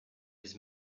his